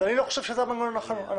אני לא חושב שזה המנגנון הנכון.